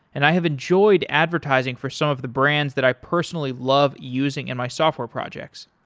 and i have enjoyed advertising for some of the brands that i personally love using in my software projects.